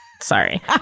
Sorry